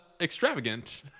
extravagant